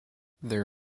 there